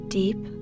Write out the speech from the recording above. deep